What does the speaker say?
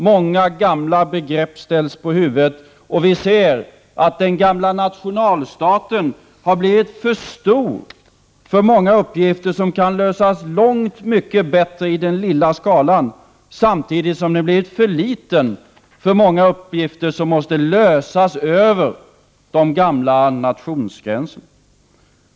Många gamla begrepp ställs på huvudet, och vi ser att den gamla nationalstaten har blivit för stor för många uppgifter som kan lösas långt mycket bättre i den lilla skalan, samtidigt som den blivit för liten för många uppgifter som måste lösas över de gamla nationsgränserna.